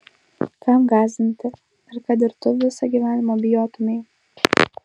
kam gąsdinti ar kad ir tu visą gyvenimą bijotumei